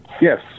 Yes